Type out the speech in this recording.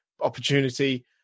opportunity